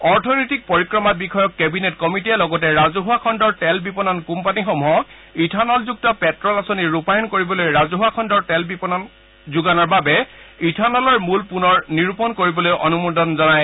অৰ্থনৈতিক পৰিক্ৰমা বিষয়ক কেবিনেট কমিটিয়ে লগতে ৰাজহুৱা খণ্ডৰ তেল বিপনন কোম্পানীসমূহক ইথানলযুক্ত পেট্ৰল আঁচনি ৰূপায়ন কৰিবলৈ ৰাজহুৱা খণ্ডৰ তেল বিপনন কোম্পানীসমূহক যোগানৰ বাবে ইথানলৰ মূল পুনৰ নিৰূপন কৰিবলৈ অনুমোদন জনায়